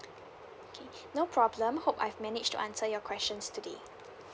okay no problem hope I've managed to answer your questions today